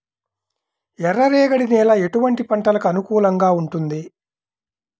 ఎర్ర రేగడి నేల ఎటువంటి పంటలకు అనుకూలంగా ఉంటుంది?